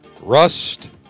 rust